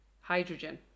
hydrogen